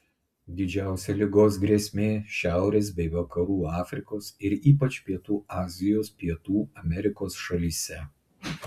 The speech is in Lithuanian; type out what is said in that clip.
didžiausia ligos grėsmė šiaurės bei vakarų afrikos ir ypač pietų azijos pietų amerikos šalyse